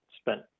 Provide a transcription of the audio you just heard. spent